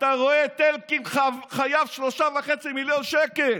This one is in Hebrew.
אתה רואה את אלקין חייב 3.5 מיליון שקל